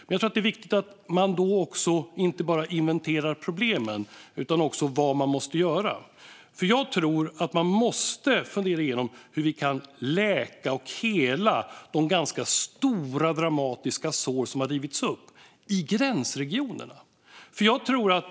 Jag tror att det är viktigt att man då inte bara inventerar problemen utan också funderar igenom vad man måste göra, hur vi kan läka och hela de ganska stora, dramatiska sår som har rivits upp i gränsregionerna.